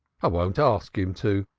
i won't ask him to.